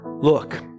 Look